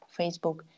Facebook